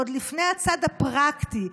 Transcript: עוד לפני הצד הפרקטי,